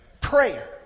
Prayer